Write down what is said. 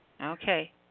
Okay